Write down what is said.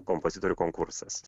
kompozitorių konkursas